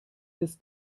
des